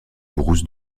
brousse